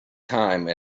time